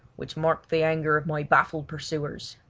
which marked the anger of my baffled pursuers.